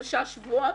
שלושה שבועות,